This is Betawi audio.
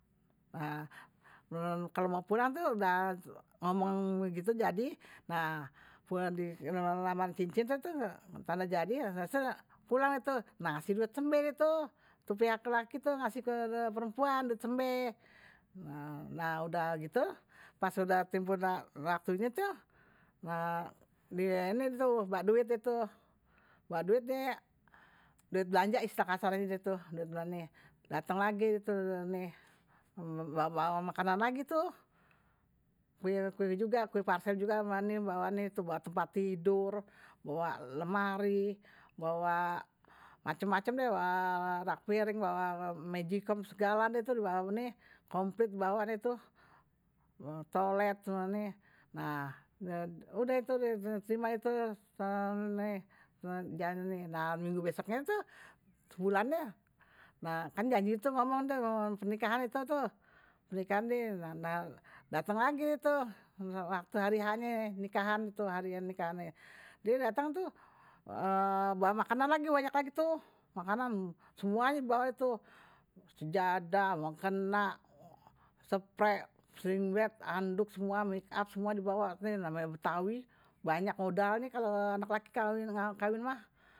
Nah, kalau mau pulang tuh udah ngomong gitu jadi, nah, pulang ngelamar cincin tuh tuh tanda jadi, asal-asal pulang tu, nah ngasih duit sembe gtu, tupia ke laki tuh ngasih ke perempuan duit sembe. Nah, udah gtu, pas udah timpun waktunye tuh, nah, dia ini tuh bawa duit tu, bawa duitnya, duit belanja istilahnye tu, dateng lagi gtu, bawa makanan lagi tuh, kuih juga, kuih parcel juga, bawa tempat tidur, bawa lemari, bawa macem-macem deh, bawa rak piring, bawa magicom segalanya tu, bawa komplet, bawa tolet, nah, udah tu, udah terima tu, nah, minggu besoknya tuh, bulannya, nah, kan janji tu ngomong tuh, pernikahan tu tuh, pernikahannya, dateng lagi tu, waktu hari h nnye, nikahan tu, hari-hari nikahannya, dia dateng tuh, bawa makanan lagi banyak lagi tuh, makanan, semuanya bawa tu, sejadah, mukena, spray, springbed, handuk semua, make up semua dibawa, ini namanya betawi, banyak modal nih, kalau anak laki kawin mah.